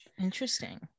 Interesting